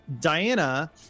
Diana